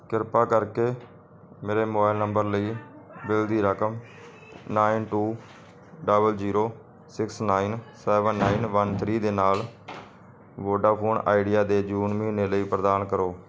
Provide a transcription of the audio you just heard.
ਕਿਰਪਾ ਕਰਕੇ ਮੇਰੇ ਮੋਬਾਈਲ ਨੰਬਰ ਲਈ ਬਿੱਲ ਦੀ ਰਕਮ nine two double zero six nine seven nine one three ਦੇ ਨਾਲ ਵੋਡਾਫੋਨ ਆਈਡੀਆ ਦੇ ਜੂਨ ਮਹੀਨੇ ਲਈ ਪ੍ਰਦਾਨ ਕਰੋ